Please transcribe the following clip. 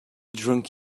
drunk